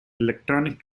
electric